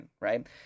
Right